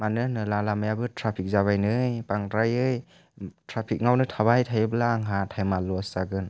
मानो होनोब्ला लामायाबो ट्राफिक जाबाय नै बांद्रायै ट्राफिकआवनो थाबाय थायोब्ला आंहा थाइमा लस जागोन